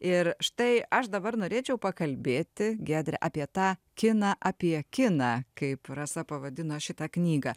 ir štai aš dabar norėčiau pakalbėti giedre apie tą kiną apie kiną kaip rasa pavadino šitą knygą